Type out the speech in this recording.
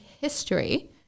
history